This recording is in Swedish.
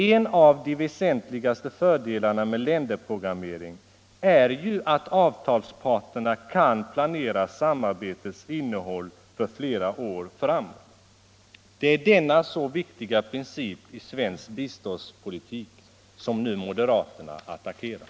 En av de väsentligaste fördelarna med länderprogrammering är ju att avtalsparterna kan planera samarbetets innehåll för flera år framåt. Det är denna viktiga princip i svensk biståndspolitik som moderaterna nu attackerar.